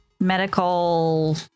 medical